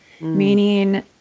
meaning